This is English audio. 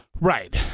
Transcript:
Right